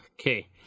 Okay